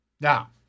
Now